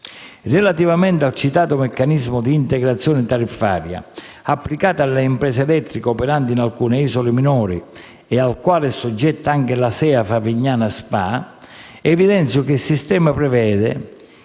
Relativamente al citato meccanismo di integrazione tariffaria applicato alle imprese elettriche operanti in alcune isole minori e al quale è soggetta anche la SEA Favignana SpA, evidenzio che il sistema prevede